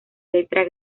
letra